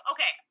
Okay